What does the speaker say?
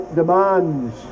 demands